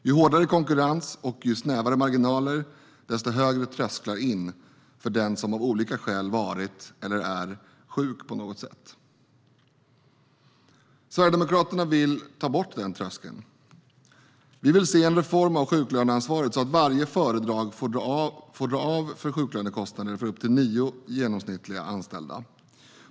Ju hårdare konkurrens och ju snävare marginaler, desto högre tröskel in för den som av olika skäl har varit eller är sjuk på något sätt. Sverigedemokraterna vill ta bort den tröskeln. Vi vill se en reform av sjuklöneansvaret så att varje företag får dra av sjuklönekostnader för upp till nio genomsnittliga anställda.